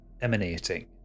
emanating